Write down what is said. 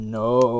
no